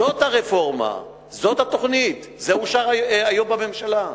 זאת הרפורמה, זאת התוכנית, זה אושר היום בממשלה.